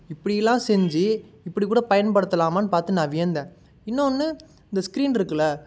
இப்படிலாம் செஞ்சு இப்படி கூட பயன்படுத்தலாமான்னு பார்த்து நான் வியந்தேன் இன்னொன்று இந்த ஸ்க்ரீனிருக்குல